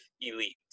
elite